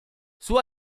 suo